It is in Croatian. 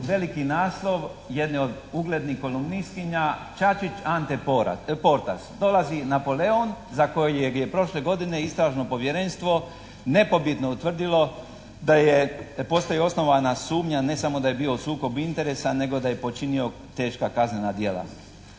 veliki naslov jedne od uglednih kolumnistkinja Čačić - …/Govornik se ne razumije./… Dolazi Napolen, za kojeg je prošle godine istražno povjerenstvo nepobitno utvrdilo da je, postoji osnovana sumnja ne samo da je bio u sukobu interesa nego da je počinio teška kaznena djela.